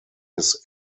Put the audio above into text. his